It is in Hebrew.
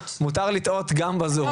מותר לטעות גם בזום.